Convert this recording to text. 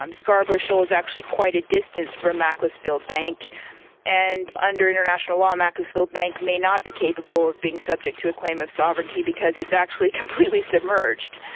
um scarborough shoal is actually quite a distance from macclesfield bank and under international law macclesfield bank may not be capable of being subject to a claim of sovereignty because it's actually completely submerged.